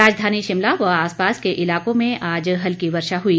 राजधानी शिमला व आसपास के इलाकों में आज हल्की वर्षा हई